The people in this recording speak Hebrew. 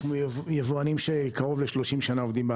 אנחנו יבואנים שעובדים בענף קרוב ל-30 שנה.